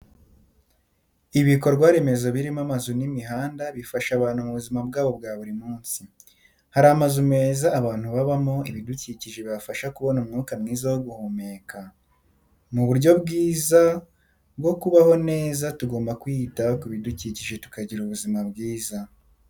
Ibikorwaremezo birimo amazu n'imihanda bifasha abantu mu buzima bwabo bwa buri munsi. Hari amazu meza abantu babamo, ibidukikije bibafasha kubona umwuka mwiza wo guhumeka. Mu buryo bwiza bwo kubaho neza tugomba kwita ku bidukikije tukagira ubuzima bwiza.